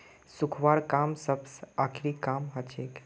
सुखव्वार काम सबस आखरी काम हछेक